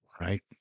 right